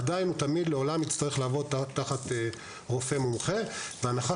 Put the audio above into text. עדיין הוא לעולם יצטרך לעבוד תחת רופא מומחה בהנחה